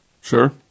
Sure